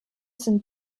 sind